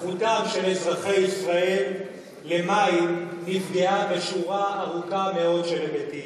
זכותם של אזרחי ישראל למים נפגעה בשורה ארוכה מאוד של היבטים.